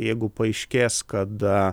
jeigu paaiškės kad